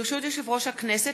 ברשות יושב-ראש הכנסת,